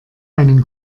einen